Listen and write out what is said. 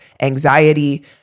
anxiety